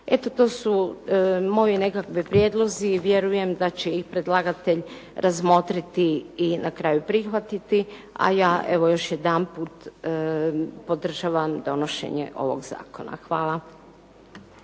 Eto to su moji nekakvi prijedlozi i vjerujem da će ih predlagatelj razmotriti i na kraju prihvatiti, a ja evo, još jedanput podržavam donošenje ovog zakona. Hvala.